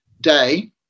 day